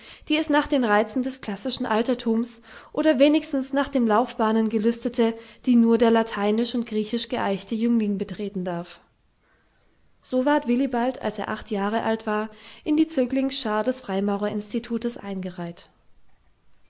die es nach den reizen des klassischen altertums oder wenigstens nach den laufbahnen gelüstete die nur der lateinisch und griechisch geaichte jüngling betreten darf so ward willibald als er acht jahre alt war in die zöglingsschaar des freimaurerinstitutes eingereiht